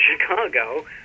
Chicago